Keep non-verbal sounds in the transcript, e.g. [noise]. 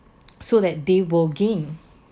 [noise] so that they will gain